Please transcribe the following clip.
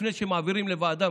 לפני שמעבירים לוועדה,